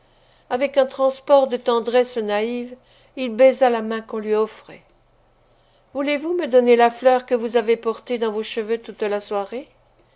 avec un transport de tendresse naïve il baisa la main qu'on lui offrait voulez-vous me donner la fleur que vous avez portée dans vos cheveux toute la soirée